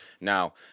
Now